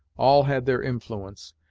all had their influence,